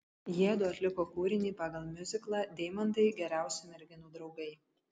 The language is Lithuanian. jiedu atliko kūrinį pagal miuziklą deimantai geriausi merginų draugai